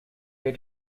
day